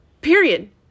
Period